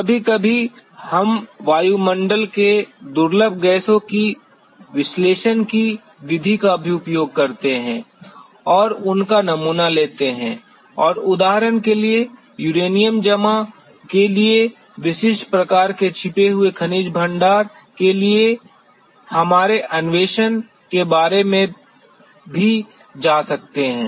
कभी कभी हम वायुमंडल में दुर्लभ गैसों के विश्लेषण की विधि का भी उपयोग करते हैं और उनका नमूना लेते हैं और उदाहरण के लिए यूरेनियम जमा के लिए विशिष्ट प्रकार के छिपे हुए खनिज भंडार के लिए हमारे अन्वेषण के बारे में भी जा सकते हैं